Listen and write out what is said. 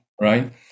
right